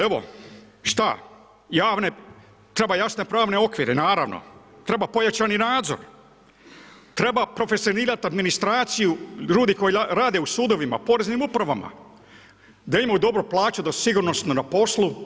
Evo šta treba jasne pravne okvire naravno, treba pojačani nadzor, treba profesionirati administraciju ljudi koji rade u sudovima, poreznim upravama da imaju dobru plaću da su sigurno na poslu.